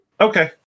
Okay